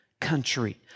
country